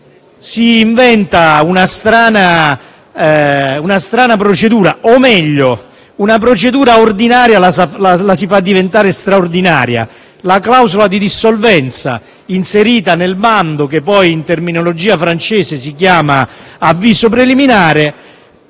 Si inventa una strana procedura, o - meglio - una procedura ordinaria la si fa diventare straordinaria. Mi riferisco alla clausola di dissolvenza inserita nel bando, che poi, usando la terminologia francese, si chiama avviso preliminare.